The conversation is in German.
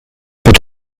wird